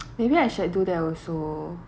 maybe I should do that also